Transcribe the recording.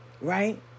Right